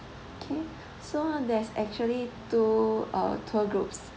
okay so there's actually two uh tour groups